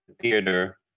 theater